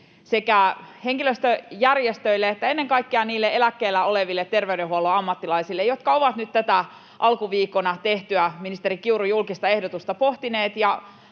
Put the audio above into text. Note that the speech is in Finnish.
sekä henkilöstöjärjestöille että ennen kaikkea niille eläkkeellä oleville terveydenhuollon ammattilaisille, jotka ovat nyt tätä alkuviikolla tehtyä ministeri Kiurun julkista ehdotusta pohtineet